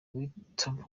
guhitamo